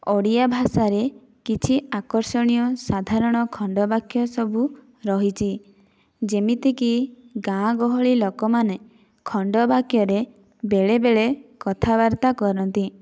ଓଡ଼ିଆ ଭାଷାରେ କିଛି ଆକର୍ଷଣୀୟ ସାଧାରଣ ଖଣ୍ଡ ବାକ୍ୟ ସବୁ ରହିଛି ଯେମିତିକି ଗାଁ ଗହଳି ଲୋକମାନେ ଖଣ୍ଡ ବାକ୍ୟରେ ବେଳେବେଳେ କଥାବାର୍ତ୍ତା କରନ୍ତି